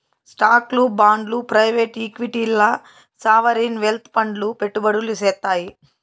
స్టాక్లు, బాండ్లు ప్రైవేట్ ఈక్విటీల్ల సావరీన్ వెల్త్ ఫండ్లు పెట్టుబడులు సేత్తాయి